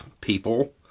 people